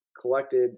collected